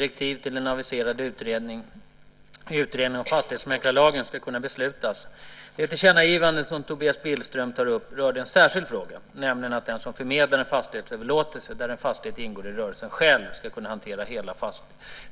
Fru talman! Tobias Billström har frågat vad jag avser att göra för att direktiv till den aviserade utredningen om fastighetsmäklarlagen ska kunna beslutas. Det tillkännagivande som Tobias Billström tar upp rörde en särskild fråga, nämligen att den som förmedlar en företagsöverlåtelse där en fastighet ingår i rörelsen själv ska kunna hantera hela